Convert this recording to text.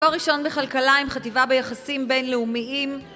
תואר ראשון בכלכלה עם חטיבה ביחסים בינלאומיים